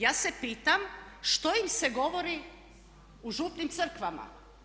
Ja se pitam što im se govori u župnim crkvama.